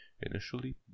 Initially